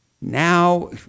Now